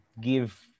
give